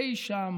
אי שם